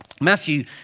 Matthew